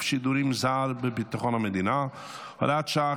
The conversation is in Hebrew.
שידורים זר בביטחון המדינה (הוראת שעה,